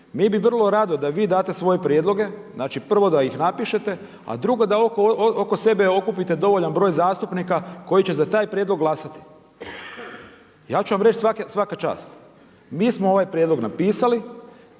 Mi bi vrlo rado da i vi date svoje prijedloge, znači prvo da ih napišete, a drugo da oko sebe okupite dovoljan broj zastupnika koji će za taj prijedlog glasati i ja ću vam reći svaka čast. Mi smo ovaj prijedlog napisali